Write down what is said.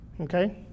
okay